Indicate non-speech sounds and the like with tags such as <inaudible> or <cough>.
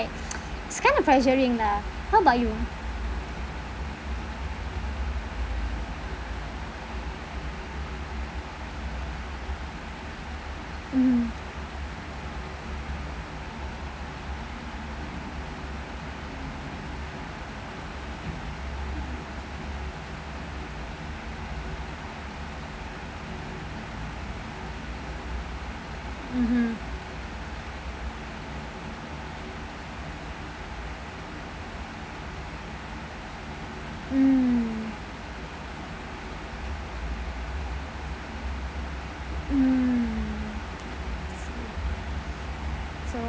<noise> it's kind of pressuring lah what about you mmhmm mmhmm mm mm so